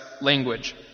language